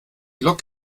lok